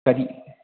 ꯀꯔꯤ